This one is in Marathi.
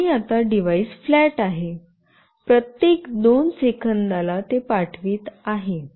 आणि आता डिव्हाइस फ्लॅट आहे प्रत्येक दोन सेकंदाला ते पाठवित आहे